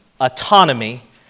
autonomy